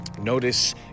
Notice